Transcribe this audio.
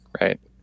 right